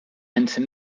and